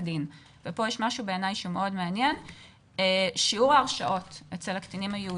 רואים שברוב הפרמטרים אנחנו הסתכלנו על חטיבות הביניים